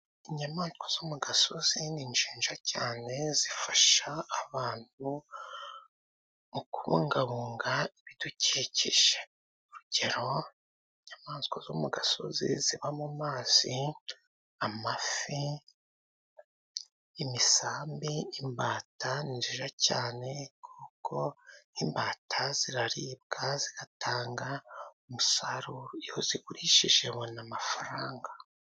Inyamaswa zo mu gasozi ni nziza cyane zifasha abantu mu kubungabunga ibidukikije. Urugero inyamaswa zo mu gasozi ziba mu amazi amafi, imisambi, imbata ni nziza ncyane, kuko imbata ziraribwa, zigatanga umusaruro. Iyo uzigurishije ubona amafaranga.